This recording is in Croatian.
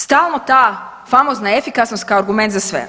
Stalno ta famozna efikasnost kao argument za sve.